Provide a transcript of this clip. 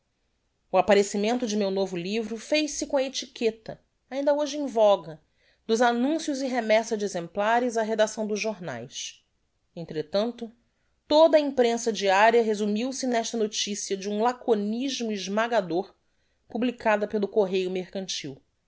o apparecimento de meu novo livro fez-se com a etiqueta ainda hoje em voga dos annuncios e remessa de exemplares á redacção dos jornaes entretanto toda a imprensa diaria resumiu se nesta noticia de um laconismo esmagador publicada pelo correio mercantil